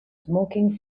smoking